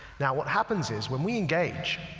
now, what happens is when we engage,